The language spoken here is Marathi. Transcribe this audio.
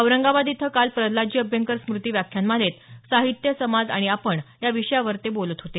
औरंगाबाद इथं काल प्रल्हादजी अभ्यंकर स्मृती व्याख्यानमालेत साहित्य समाज आणि आपण या विषयावर ते बोलत होते